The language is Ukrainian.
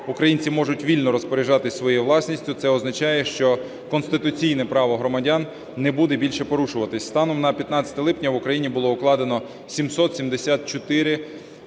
українці можуть вільно розпоряджатися своєю власністю. Це означає, що конституційне право громадян не буде більше порушуватися. Станом на 15 липня в Україні було укладено 774